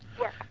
yes